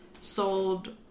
sold